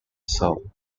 soul